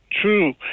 true